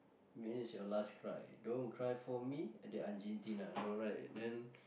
when is your last cry don't cry for me and the Argentina no right then